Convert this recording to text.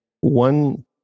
one